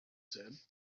said